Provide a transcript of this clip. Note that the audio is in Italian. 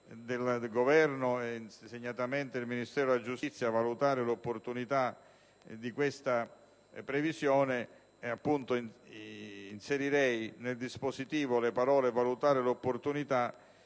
del Governo e segnatamente del Ministero della giustizia valutare l'opportunità di questa previsione, inserirei nel dispositivo le parole «a valutare l'opportunità